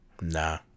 Nah